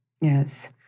Yes